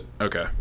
okay